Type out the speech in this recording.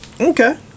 Okay